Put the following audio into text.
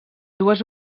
dues